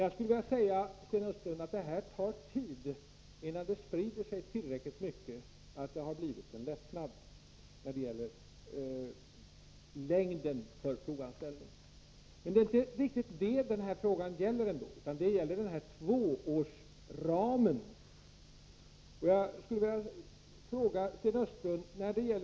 Det tar tid, Sten Östlund, innan det sprider sig tillräckligt mycket att det har blivit lättnader i fråga om längden för provanställning. Men det är inte riktigt det frågan gäller, utan frågan gäller tvåårsramen. Jag skulle vilja ta upp ett par saker, Sten Östlund.